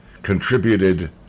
contributed